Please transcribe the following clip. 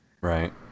right